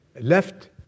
left